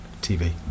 TV